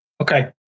Okay